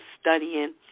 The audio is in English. studying